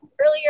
earlier